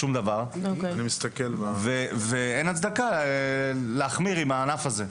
אין הצדקה להחמיר עם הענף הזה.